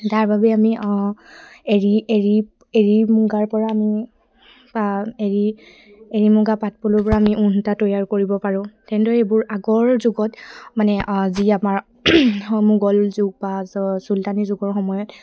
তাৰ বাবে আমি এৰী এৰী এৰী মুগাৰ পৰা আমি পা এৰী এৰী মুগা পাত পলুৰ পৰা আমি ঊন সূতা তৈয়াৰ কৰিব পাৰোঁ তেনেদৰে এইবোৰ আগৰ যুগত মানে যি আমাৰ মোগল যুগ বা চুলতানী যুগৰ সময়ত